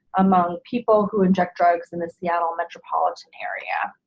among people who inject drugs in the seattle metropolitan area.